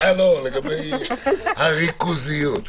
לגבי הריכוזיות,